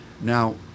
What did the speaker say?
Now